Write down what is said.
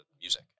music